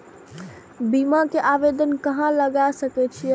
बीमा के आवेदन कहाँ लगा सके छी?